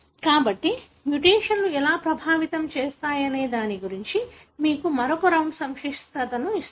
కాబట్టి మ్యుటేషన్స్ ఎలా ప్రభావితం చేస్తాయనే దాని గురించి మీకు మరొక రౌండ్ సంక్లిష్టతను ఇస్తుంది